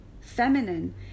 Feminine